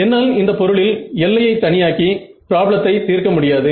என்னால் இந்தப் பொருளில் எல்லையை தனியாக்கி ப்ராப்ளத்தை தீர்க்க முடியாது